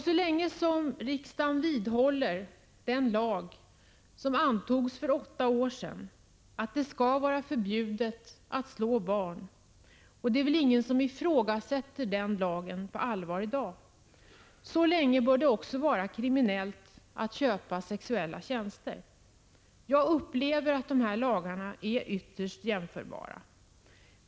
Så länge riksdagen vidhåller den lag om att det är förbjudet att slå barn som antogs för åtta år sedan — och ingen ifrågasätter väl på allvar den lagen i dag— bör det också vara kriminellt att köpa sexuella tjänster. Jag upplever att dessa lagar är ytterst jämförbara.